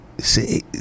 See